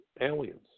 aliens